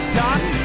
done